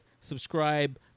subscribe